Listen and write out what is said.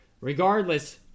regardless